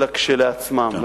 אלא כשלעצמם.